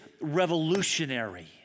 revolutionary